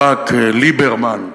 ברק, ליברמן,